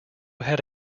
had